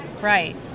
Right